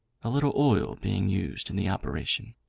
a little oil being used in the operation.